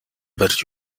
барьж